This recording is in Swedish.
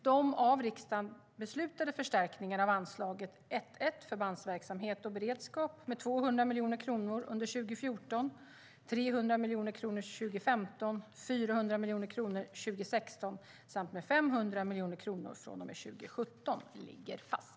De av riksdagen beslutade förstärkningarna av anslaget 1:1 Förbandsverksamhet och beredskap med 200 miljoner kronor 2014, 300 miljoner kronor 2015, 400 miljoner kronor 2016 och 500 miljoner kronor från och med 2017 ligger fast.